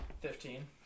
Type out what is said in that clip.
Fifteen